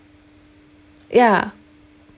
ya